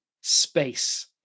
space